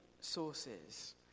sources